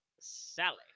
Sally